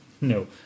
No